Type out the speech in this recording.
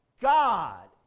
God